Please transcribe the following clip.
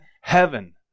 heaven